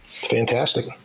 Fantastic